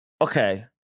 Okay